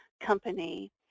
company